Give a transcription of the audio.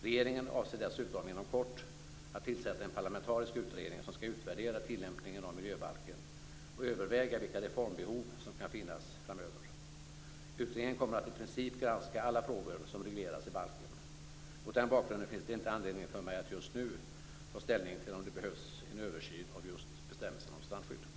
Regeringen avser dessutom inom kort att tillsätta en parlamentarisk utredning som skall utvärdera tillämpningen av miljöbalken och överväga vilka reformbehov som kan finnas framöver. Utredningen kommer att i princip granska alla frågor som regleras i balken. Mot den bakgrunden finns det inte anledning för mig att nu ta ställning till om det behövs en översyn av just bestämmelserna om strandskydd.